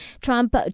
Trump